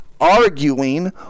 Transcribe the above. arguing